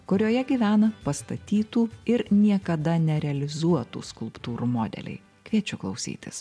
kurioje gyvena pastatytų ir niekada nerealizuotų skulptūrų modeliai kviečiu klausytis